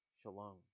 shalom